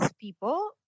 people